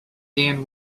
dan